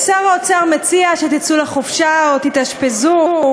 שר האוצר מציע שתצאו לחופשה או תתאשפזו,